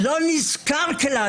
לא נזקק לה.